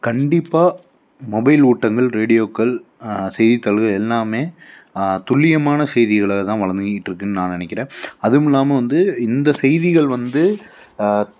கண்டிப்பாக மொபைல் ஊட்டங்கள் ரேடியோக்கள் செய்தித்தாள்கள் எல்லாமே துல்லியமான செய்திகளை தான் வழங்கிக்கிட்டு இருக்குன்னு நான் நினைக்கிறேன் அதுவுமில்லாமல் வந்து இந்த செய்திகள் வந்து